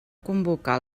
convocar